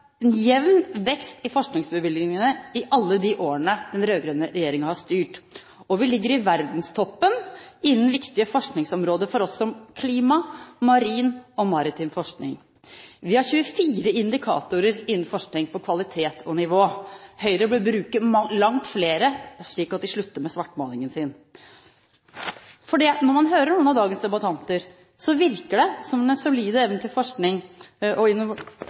en jevn vekst i forskningsbevilgningene i alle de årene den rød-grønne regjeringen har styrt, og vi ligger i verdenstoppen innen viktige forskningsområder for oss, som klima, marin og maritim forskning. Vi har 24 indikatorer innen forskning på kvalitet og nivå. Høyre bør bruke langt flere, slik at de slutter med svartmalingen sin. Når man hører noen av dagens debattanter, virker det som om den solide evnen til forskning og